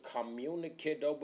communicate